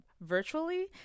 virtually